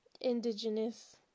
indigenous